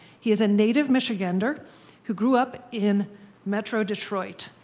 he is a native michigander who grew up in metro detroit.